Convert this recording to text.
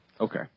Okay